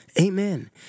amen